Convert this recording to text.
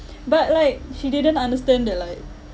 but like she didn't understand that like